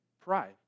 pride